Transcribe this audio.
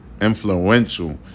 influential